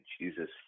Jesus